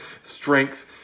strength